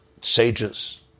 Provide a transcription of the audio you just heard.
sages